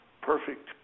perfect